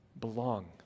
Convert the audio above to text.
belong